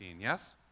yes